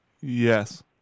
Yes